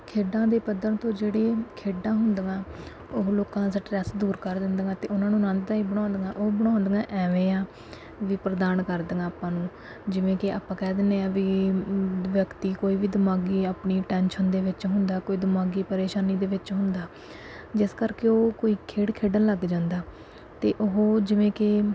ਖੇਡਾਂ ਦੇ ਪੱਧਰਾਂ ਤੋਂ ਜਿਹੜੇ ਖੇਡਾਂ ਹੁੰਦੀਆਂ ਉਹ ਲੋਕਾਂ ਦਾ ਸਟ੍ਰੈੱਸ ਦੂਰ ਕਰ ਦਿੰਦੀਆਂ ਅਤੇ ਉਹਨਾਂ ਨੂੰ ਆਨੰਦਦਾਈ ਬਣਾਉਂਦੀਆਂ ਉਹ ਬਣਾਉਂਦੀਆਂ ਐਵੇਂ ਆ ਵੀ ਪ੍ਰਦਾਨ ਕਰਦੀਆਂ ਆਪਾਂ ਨੂੰ ਜਿਵੇਂ ਕਿ ਆਪਾਂ ਕਹਿ ਦਿੰਦੇ ਹਾਂ ਵੀ ਵਿਅਕਤੀ ਕੋਈ ਵੀ ਦਿਮਾਗੀ ਆਪਣੀ ਟੈਨਸ਼ਨ ਦੇ ਵਿੱਚ ਹੁੰਦਾ ਕੋਈ ਦਿਮਾਗੀ ਪਰੇਸ਼ਾਨੀ ਦੇ ਵਿੱਚ ਹੁੰਦਾ ਜਿਸ ਕਰਕੇ ਉਹ ਕੋਈ ਖੇਡ ਖੇਡਣ ਲੱਗ ਜਾਂਦਾ ਅਤੇ ਉਹ ਜਿਵੇਂ ਕਿ